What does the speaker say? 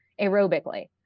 aerobically